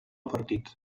partit